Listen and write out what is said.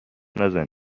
نزن